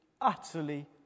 utterly